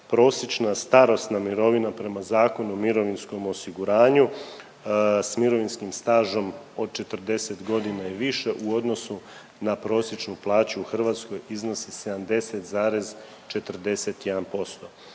prosječna starosna mirovina prema Zakonu o mirovinskom osiguranju s mirovinskim stažem od 40 godina i više u odnosu na prosječnu plaću u Hrvatskoj iznosi 70,41%.